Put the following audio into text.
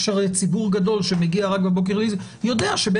יש הרי ציבור גדול שמגיע רק בבוקר,